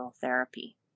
therapy